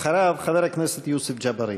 אחריו, חבר הכנסת יוסף ג'בארין.